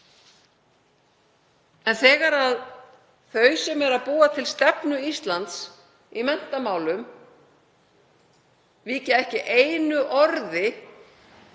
En þegar þau sem eru að búa til stefnu Íslands í menntamálum víkja ekki einu orði